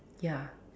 ya